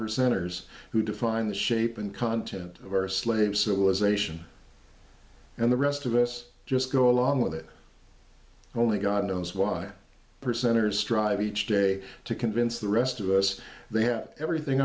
percenters who define the shape and content of our slave civilization and the rest of us just go along with it only god knows why percenters strive each day to convince the rest of us they have everything